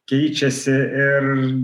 keičiasi ir